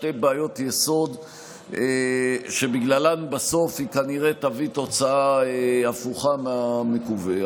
שתי בעיות יסוד שבגללן בסוף היא כנראה תביא תוצאה הפוכה מהמקווה.